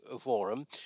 forum